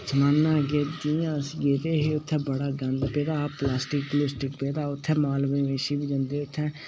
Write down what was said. सनान्ना जि'यां अस गेदे हे उत्थै बड़ा गंद पेदा हा प्लास्टिक प्लुस्टिक पेदा हा उत्थै माल बच्छा बी जंदे उत्थै